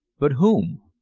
but whom?